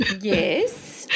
Yes